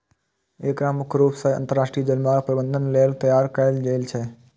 एकरा मुख्य रूप सं अंतरराष्ट्रीय जलमार्ग प्रबंधन लेल तैयार कैल गेल छै